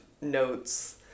notes